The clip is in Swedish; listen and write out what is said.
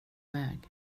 väg